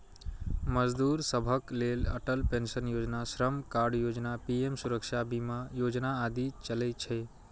मजदूर सभक लेल अटल पेंशन योजना, श्रम कार्ड योजना, पीएम सुरक्षा बीमा योजना आदि चलै छै